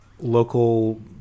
Local